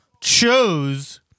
chose